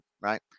right